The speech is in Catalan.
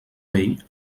vell